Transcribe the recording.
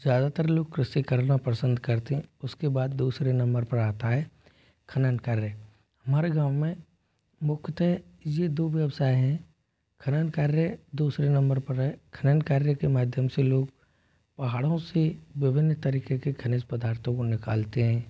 ज़्यादातर लोग कृषि करना पसंद करते उसके बाद दूसरे नंबर पर आता है खनन कार्य हमारे गाँव में मुख्यतः ये दो व्यवसाय हैं खनन कार्य दूसरे नंबर पर है खनन कार्य के माध्यम से लोग पहाड़ों से विभिन्न तरीके के खनिज पदार्थो को निकालते हैं